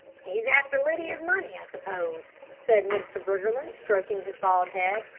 he's after lydia's money i suppose, said mr. briggerland, stroking his bald head.